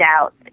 out